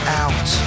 out